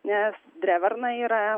nes dreverna yra